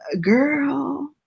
girl